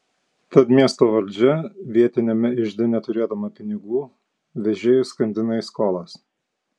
tad miesto valdžia vietiniame ižde neturėdama pinigų vežėjus skandina į skolas